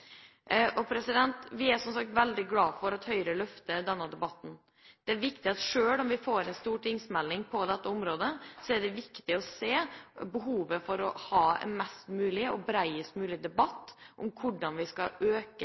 Vi er som sagt veldig glad for at Høyre løfter denne debatten. Selv om vi får en stortingsmelding på dette området, er det viktig å se behovet for å ha mest mulig og en bredest mulig debatt om hvordan vi skal øke